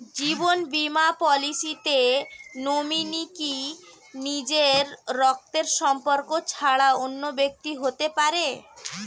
জীবন বীমা পলিসিতে নমিনি কি নিজের রক্তের সম্পর্ক ছাড়া অন্য ব্যক্তি হতে পারে?